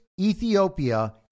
Ethiopia